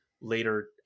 later